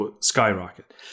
skyrocket